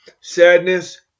sadness